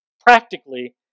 Practically